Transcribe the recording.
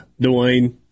Dwayne